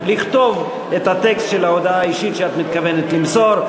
לכתוב את הטקסט של ההודעה האישית שאת מתכוונת למסור.